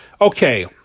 Okay